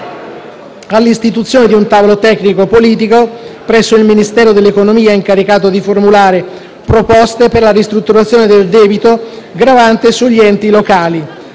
all'istituzione di un tavolo tecnico-politico presso il Ministero dell'economia, incaricato di formulare proposte per la ristrutturazione del debito gravante sugli enti locali;